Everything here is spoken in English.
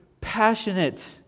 passionate